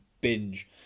binge